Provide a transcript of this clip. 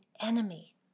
enemy